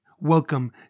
Welcome